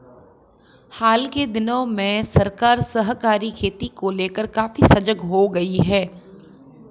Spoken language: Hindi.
हाल के दिनों में सरकार सहकारी खेती को लेकर काफी सजग हो गई है